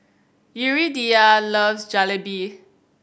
Yuridia loves Jalebi